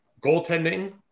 Goaltending